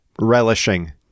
relishing